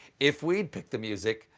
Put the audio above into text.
if we'd picked the music,